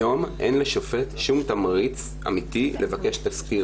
היום אין לשופט שום תמריץ אמיתי לבקש תסקיר.